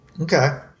Okay